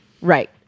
Right